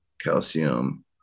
calcium